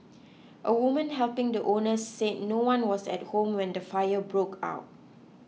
a woman helping the owners said no one was at home when the fire broke out